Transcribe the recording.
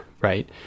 right